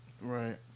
Right